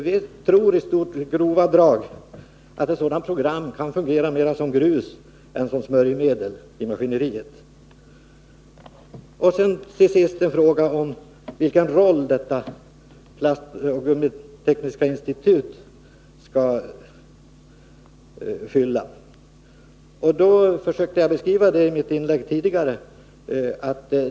Vi tror nämligen, grovt sett, att ett sådant program kan fungera mera som grus än som smörjmedel i maskineriet. Till sist en fråga om vilken roll Plastoch gummitekniska institutet skall fylla. Jag försökte beskriva det i mitt tidigare inlägg.